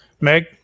Meg